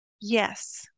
Yes